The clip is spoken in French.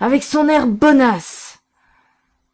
avec son air bonasse